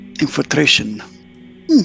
infiltration